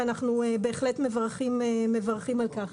ואנחנו בהחלט מברכים על כך.